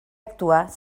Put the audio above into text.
actuar